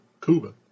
Cuba